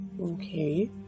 Okay